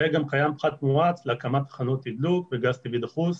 וגם קיים פחת מואץ להקמת תחנות תדלוק בגז טבעי דחוס.